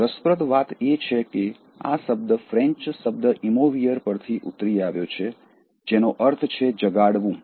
રસપ્રદ વાત એ છે કે આ શબ્દ ફ્રેન્ચ શબ્દ ઇમોવિઅર પરથી ઉતરી આવ્યો છે જેનો અર્થ છે જગાડવું